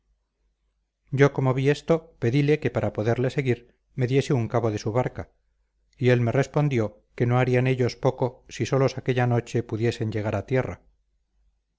yo como vi esto pedíle que para poderle seguir me diese un cabo de su barca y él me respondió que no harían ellos poco si solos aquella noche pudiesen llegar a tierra